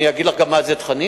אני גם אגיד לך מה זה תכנים?